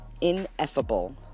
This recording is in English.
ineffable